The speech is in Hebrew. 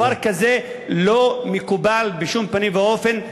דבר כזה לא מקובל בשום פנים ואופן,